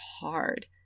hard